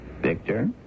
Victor